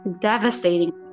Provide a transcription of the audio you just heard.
devastating